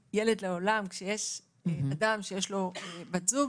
כשיש אדם שיש לו בת זוג,